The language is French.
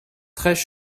treize